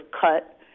cut